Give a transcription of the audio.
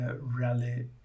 rally